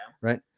Right